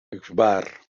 kvar